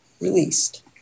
released